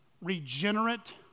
Regenerate